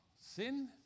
Sin